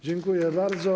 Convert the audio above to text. Dziękuję bardzo.